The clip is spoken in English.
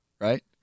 right